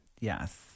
Yes